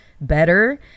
better